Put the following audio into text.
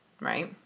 right